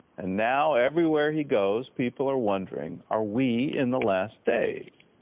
and now everywhere he goes, people are wondering, are we in the last days?